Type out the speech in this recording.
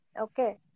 okay